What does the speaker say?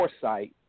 foresight